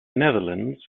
netherlands